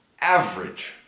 average